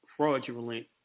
fraudulent